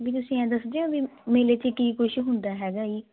ਵੀ ਤੁਸੀਂ ਐ ਦੱਸਦੇ ਹੋ ਵੀ ਮੇਲੇ ਚ ਕੀ ਕੁਝ ਹੁੰਦਾ ਹੈਗਾ ਜੀ